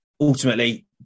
ultimately